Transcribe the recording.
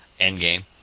Endgame